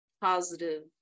positive